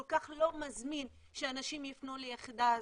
כל כך לא מזמין שאנשים יפנו ליחידה הזו,